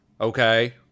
Okay